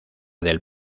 del